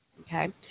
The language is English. Okay